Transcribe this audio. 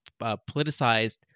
politicized